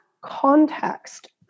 context